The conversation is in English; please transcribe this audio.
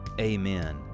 amen